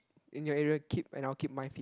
in your area keep and I'll keep my feet